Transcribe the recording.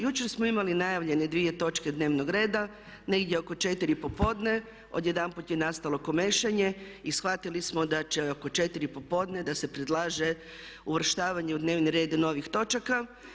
Jučer smo imali najavljene dvije točke dnevnog reda, negdje oko 4 popodne odjedanput je nastalo komešanje i shvatili smo oko 4 popodne da se predlaže uvrštavanje u dnevni red novih točaka.